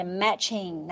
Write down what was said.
matching